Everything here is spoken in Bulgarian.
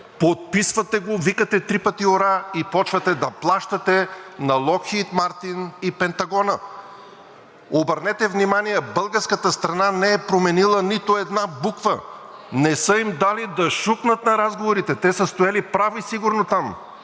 подписвате го, викате три пъти ура и започвате да плащате на „Локхийд Мартин“ и Пентагона. Обърнете внимание – българската страна не е променила нито една буква, не са им дали да шукнат на разговорите, те са стояли прави сигурно там,